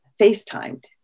FaceTimed